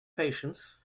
patients